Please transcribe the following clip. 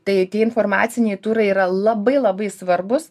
tai tie informaciniai turai yra labai labai svarbūs